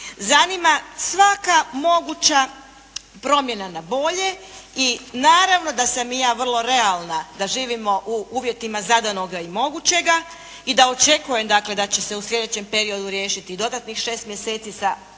zanima svaka moguća promjena na bolje i naravno da sam i ja vrlo realna da živimo u uvjetima zadanoga i mogućega i da očekujem dakle da će se u sljedećem periodu riješiti dodatnih 6 mjeseci sa punih